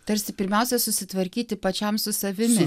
tarsi pirmiausia susitvarkyti pačiam su savimi